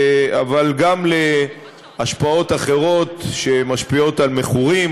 אבל גם להשפעות אחרות שמשפיעות על מכורים,